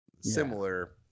similar